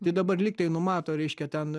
tai dabar lyg tai numato reiškia ten